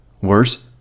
Worse